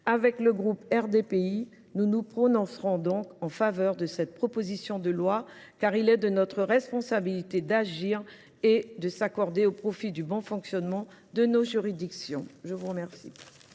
texte. Le groupe RDPI se prononcera en faveur de cette proposition de loi, car il est de notre responsabilité d’agir et de s’accorder au profit du bon fonctionnement de nos juridictions. Je mets aux voix,